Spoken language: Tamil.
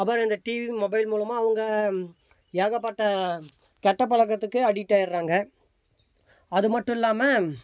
அப்புறம் இந்த டிவி மொபைல் மூலமாக அவங்க ஏகப்பட்ட கெட்டப்பழக்கத்துக்கு அடிக்ட்டாகிடுறாங்க அது மட்டுல்லாமல்